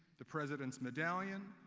the president's medallion,